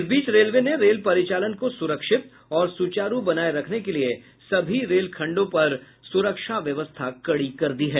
इस बीच रेलवे ने रेल परिचालन को सुरक्षित और सुचारू बनाये रखने के लिए सभी रेल खंडो पर सुरक्षा व्यवस्था कड़ी कर दी है